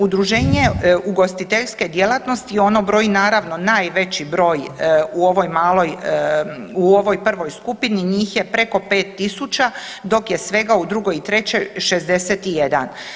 Udruženje ugostiteljske djelatnosti ono broji naravno najveći broj u ovoj maloj, u ovoj prvoj skupini njih je preko 5.000 dok je svega u drugoj i trećoj 61.